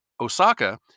Osaka